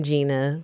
Gina